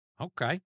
Okay